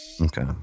Okay